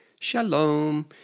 Shalom